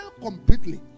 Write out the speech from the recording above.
completely